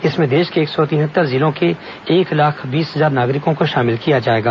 इसमें देश के एक सौ तिहत्तर जिलों के एक लाख बीस हजार नागरिकों को शामिल किया जाएगा